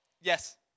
Yes